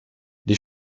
les